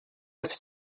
was